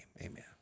amen